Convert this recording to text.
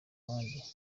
bandi